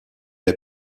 est